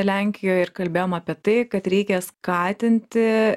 lenkijoj ir kalbėjom apie tai kad reikia skatinti